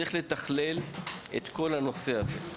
צריך לתכלל את כל הנושא הזה.